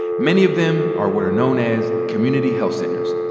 many of them are what are known as community health centers.